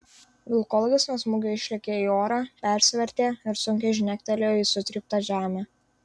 vilkolakis nuo smūgio išlėkė į orą persivertė ir sunkiai žnektelėjo į sutryptą žemę